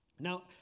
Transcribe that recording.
Now